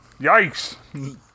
Yikes